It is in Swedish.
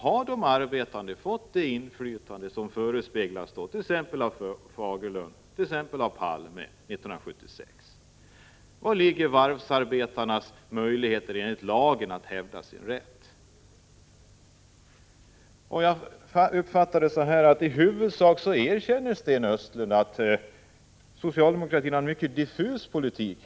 Har de arbetande fått det inflytande som 1976 förespeglades av t.ex. Fagerlund och Palme? Var ligger varvsarbetarnas möjligheter enligt lagen att hävda sin rätt? Jag uppfattar det så att Sten Östlund i huvudsak erkänner att socialdemokratin här har en mycket diffus politik.